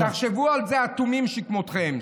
תחשבו על זה, אטומים שכמותכם.